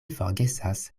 forgesas